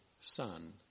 Son